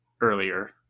earlier